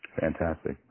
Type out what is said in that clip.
Fantastic